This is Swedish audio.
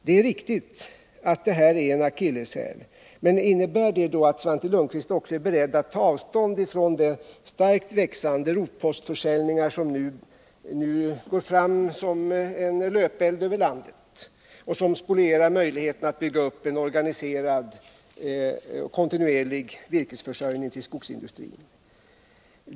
Det är riktigt att detta är en akilleshäl, men innebär detta att Svante Lundkvist är beredd att ta avstånd från de starkt växande rotpostförsäljning ar som nu går fram som en löpeld över landet och som spolierar möjligheterna att bygga upp en organiserad kontinuerlig virkesförsörjning tillskogsindustrin?